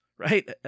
Right